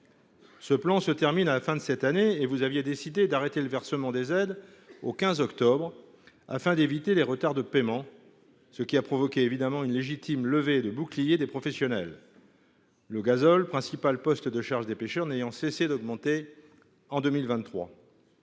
ce plan se termine à la fin de l’année en cours, votre décision d’arrêter le versement des aides au 15 octobre dernier, afin d’éviter les retards de paiement, a provoqué une légitime levée de boucliers des professionnels, le gazole, principal poste de charge des pêcheurs, n’ayant cessé d’augmenter en 2023.